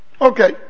Okay